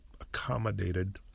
accommodated